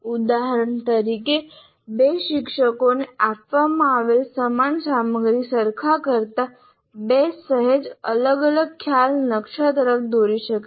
ઉદાહરણ તરીકે 2 શિક્ષકોને આપવામાં આવેલી સમાન સામગ્રી સરખા કરતા 2 સહેજ અલગ ખ્યાલ નકશા તરફ દોરી શકે છે